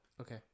Okay